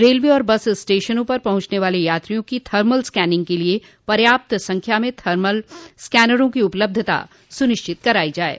railway और bus स्टेशनों पर पहुंचने वाले यात्रियों की थर्मल स्कैनिंग के लिये पर्याप्त संख्या में थर्मल स्कैंरों की उपलब्धता सुनिश्चित की जाये